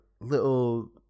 little